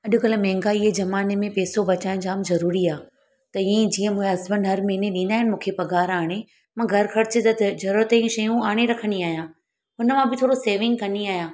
अॼुकल्ह महांगीअ ज़माने में पैसो बचाइणु जाम ज़रूरी आहे त इअं ई जीअं मुंहिंजा हसबंड हर महीने ॾींदा आहिनि मूंखे पघारु आणे मां घरु ख़र्च जा त ज़रूरत जी शयूं आणे रखंदी आहियां उन मां बि थोरो सेविंग कंदी आहियां